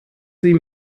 sie